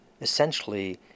essentially